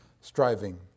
striving